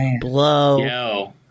blow